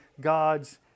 God's